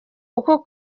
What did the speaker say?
uko